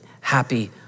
happy